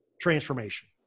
transformation